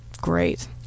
great